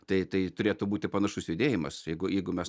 tai tai turėtų būti panašus judėjimas jeigu jeigu mes